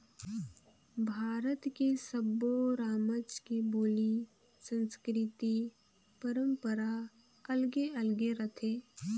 भारत के सब्बो रामज के बोली, संस्कृति, परंपरा अलगे अलगे रथे